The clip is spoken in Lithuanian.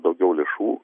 daugiau lėšų